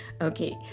Okay